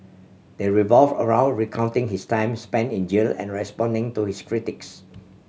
they revolve around recounting his time spent in jail and responding to his critics